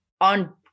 on